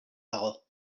dago